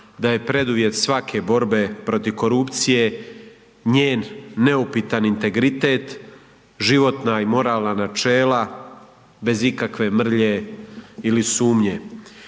da je preduvjet svake borbe protiv korupcije njen neupitan integritet, životna i moralna načela bez ikakve mrlje ili sumnje.